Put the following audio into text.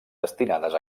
destinades